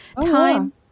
time